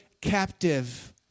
captive